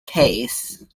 case